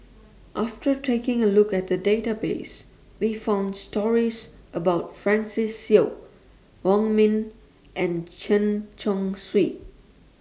after taking A Look At The Database We found stories about Francis Seow Wong Ming and Chen Chong Swee